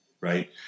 right